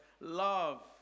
love